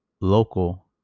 local